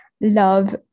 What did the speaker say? love